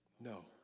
No